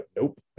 Nope